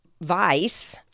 vice